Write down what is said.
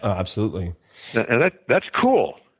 absolutely. and that's cool.